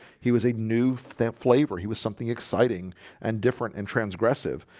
he was a new thin flavor he was something exciting and different and transgressive.